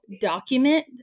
document